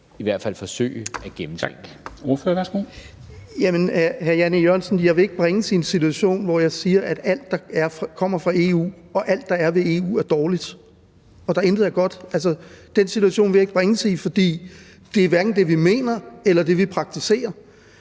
Søndergaard (EL): Jamen, hr. Jan E. Jørgensen, jeg vil ikke bringes i en situation, hvor jeg siger, at alt, der kommer fra EU, og alt, der er ved EU, er dårligt, og at der intet godt er. Altså, den situation vil jeg ikke bringes i, for det er hverken det, vi mener, eller det, vi praktiserer.